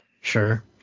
sure